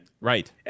Right